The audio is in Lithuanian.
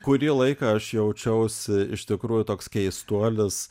kurį laiką aš jaučiausi iš tikrųjų toks keistuolis